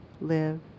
live